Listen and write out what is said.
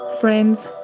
friends